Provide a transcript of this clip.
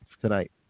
tonight